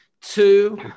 two